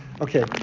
Okay